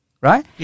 right